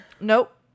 Nope